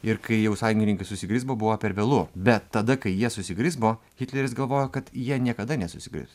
ir kai jau sąjungininkai susigrizbo buvo per vėlu bet tada kai jie susigrizbo hitleris galvojo kad jie niekada nesusigrizbs